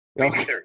Okay